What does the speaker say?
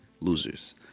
losers